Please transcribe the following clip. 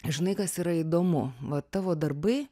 žinai kas yra įdomu va tavo darbai